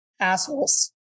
assholes